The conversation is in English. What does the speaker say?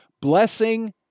blessing